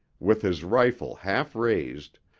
with his rifle half raised,